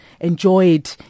enjoyed